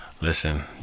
Listen